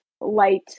light